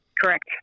Correct